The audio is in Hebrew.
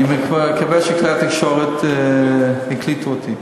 אני מקווה שכלי התקשורת הקליטו אותי,